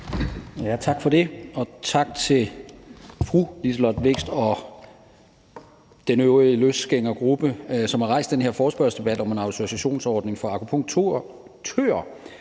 Tak for det, og tak til fru Liselott Blixt og den øvrige løsgængergruppe, som har rejst den her forespørgselsdebat om en autorisationsordning for akupunktører.